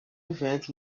event